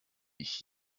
ich